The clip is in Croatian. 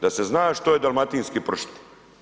Da se zna što je dalmatinski pršut.